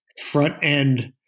front-end